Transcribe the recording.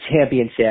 championship